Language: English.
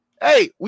Hey